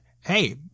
hey